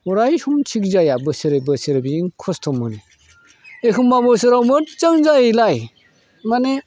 अराय something जाया बोसोरे बोसोरे बिदिनो खस्थ' मोनो एखमब्ला बोसोराव मोज्जां जायोलाय मानि